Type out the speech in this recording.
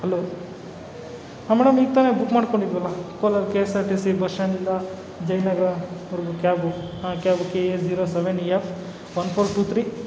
hello ಹಾಂ madam ಈಗ ತಾನೇ ಬುಕ್ ಮಾಡಿಕೊಂಡಿದ್ವಲ್ಲ ಕೋಲಾರ ಕೆ ಎಸ್ ಆರ್ ಟಿ ಸಿ ಬಸ್ ಸ್ಟಾಂಡಿಂದ ಜಯನಗ್ರ ವರೆಗೂ ಕ್ಯಾಬು ಹಾಂ cab K A zero seven F one four two three